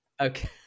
Okay